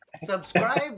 subscribe